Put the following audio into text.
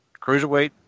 cruiserweight